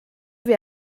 wir